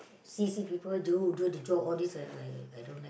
see see people do do the job all this I I don't